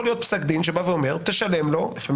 יכול להיות פסק דין שבא ואומר "תשלם לו" לפעמים